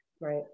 right